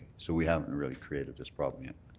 so we haven't really created this problem yet.